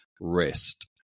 rest